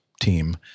team